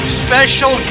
special